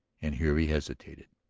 and here he hesitated.